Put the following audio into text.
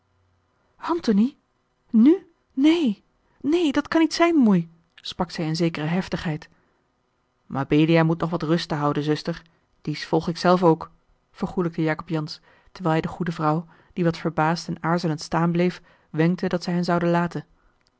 antony nu neen neen dat kan niet zijn moei sprak zij in zekere heftigheid mabelia moet nog wat ruste houden zuster dies volg ik zelf ook vergoêlijkte jacob jansz terwijl hij de goede vrouw die wat verbaasd en aarzelend staan bleef wenkte dat zij hen zoude laten